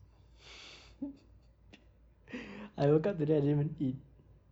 I woke up today I didn't even eat